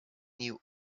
knew